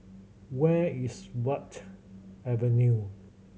where is Verde Avenue